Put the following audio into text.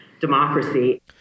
democracy